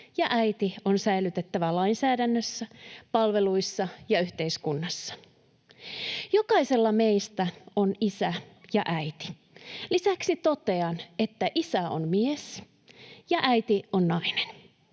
ja ”äiti” on säilytettävä lainsäädännössä, palveluissa ja yhteiskunnassa. Jokaisella meistä on isä ja äiti. Lisäksi totean, että isä on mies ja äiti on nainen.